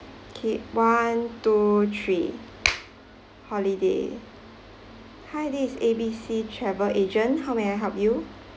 okay one two three holiday hi this is A_B_C travel agent how may I help you